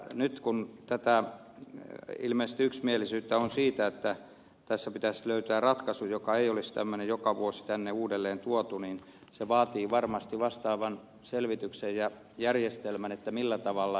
nyt kun ilmeisesti tätä yksimielisyyttä on siitä että tässä pitäisi löytää ratkaisu joka ei olisi tämmöinen joka vuosi tänne uudelleen tuotu niin se vaatii varmasti vastaavan selvityksen ja järjestelmän millä tavalla